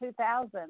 2000